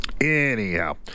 Anyhow